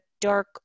dark